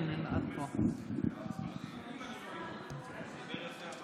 אדוני היושב-ראש,